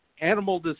animal